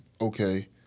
okay